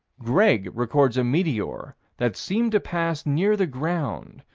greg records a meteor that seemed to pass near the ground,